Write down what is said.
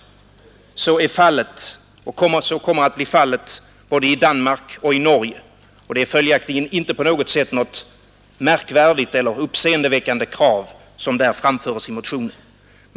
Så kommer att bli fallet i både Danmark och Norge, och det är följaktligen inte på något sätt ett märkvärdigt eller uppseendeväckande krav som framförs i motionen.